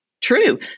true